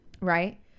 Right